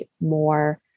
more